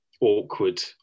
awkward